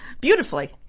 Beautifully